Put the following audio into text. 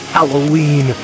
Halloween